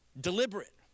deliberate